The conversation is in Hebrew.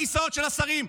בכיסאות של השרים,